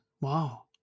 Wow